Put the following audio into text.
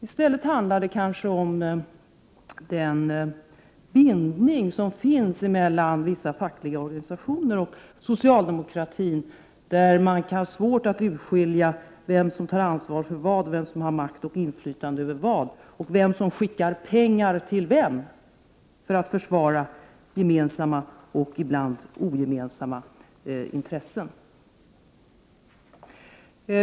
I stället handlar det om den bindning som finns mellan vissa fackliga organisationer och socialdemokratin, där det kan vara svårt att urskilja vem som tar ansvar för vad, vem som har makt och inflytande över vad, vem som skickar pengar till vem för att försvara gemensamma och ibland ickegemensamma intressen.